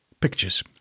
pictures